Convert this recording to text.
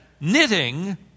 knitting